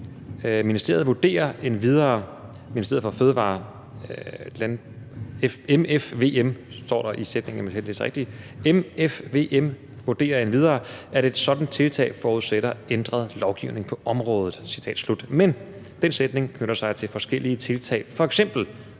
hellere læse det rigtigt – at et sådant tiltag forudsætter ændret lovgivning på området. Citat slut. Men den sætning knytter sig til forskellige tiltag,